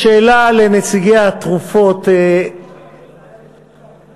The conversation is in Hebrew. בשאלה לנציגי חברות התרופות